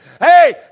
hey